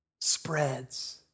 spreads